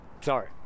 sorry